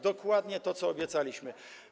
Dokładnie to, co obiecaliśmy.